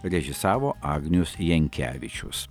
režisavo agnius jankevičius